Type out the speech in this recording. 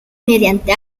mediante